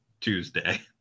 Tuesday